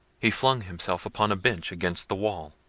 he flung himself upon a bench against the wall,